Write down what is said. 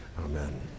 Amen